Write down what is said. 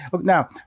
now